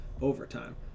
overtime